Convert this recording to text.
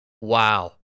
Wow